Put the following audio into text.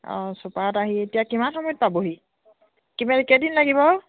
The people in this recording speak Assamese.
অঁ চুপাৰত আহি এতিয়া কিমান সময়ত পাবহি কিবা কেইদিন লাগিব